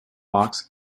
box